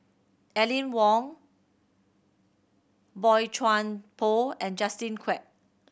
Aline Wong Boey Chuan Poh and Justin Quek